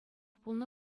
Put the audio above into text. пулнӑ